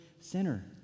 sinner